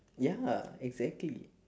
ya exactly